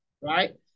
right